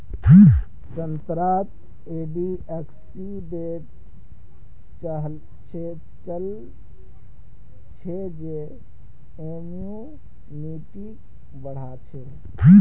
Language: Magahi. संतरात एंटीऑक्सीडेंट हचछे जे इम्यूनिटीक बढ़ाछे